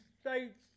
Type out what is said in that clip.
states